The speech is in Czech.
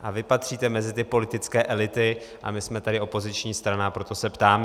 A vy patříte mezi ty politické elity a my jsme tady opoziční strana, proto se ptáme.